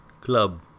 club